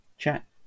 chat